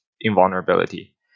invulnerability